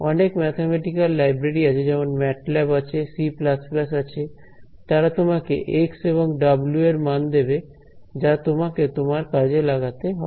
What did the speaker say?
অনেক mathematical library আছে যেমন ম্যাটল্যাব আছে সি প্লাস প্লাস C আছে তারা তোমাকে x এবং w এর মান দেবে যা তোমাকে তোমার কাজে লাগাতে হবে